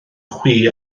chwi